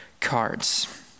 cards